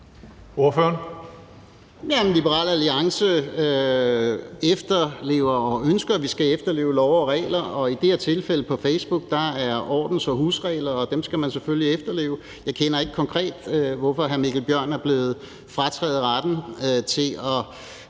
Liberal Alliance ønsker, at vi skal efterleve love og regler, og i det her tilfælde er der ordens- og husregler på Facebook, og dem skal man selvfølgelig efterleve. Jeg kender ikke til, hvorfor hr. Mikkel Bjørn konkret er blevet frataget retten til at